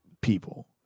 people